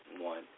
one